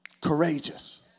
courageous